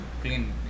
clean